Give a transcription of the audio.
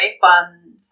fun